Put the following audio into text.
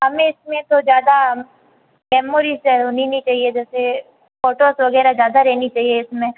हमें इस में तो ज़्यादा मेमोरी से मिलनी चाहिए जैसे फोटोज वग़ैरह ज़्यादा रहनी चाहिए इस में